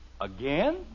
Again